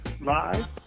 live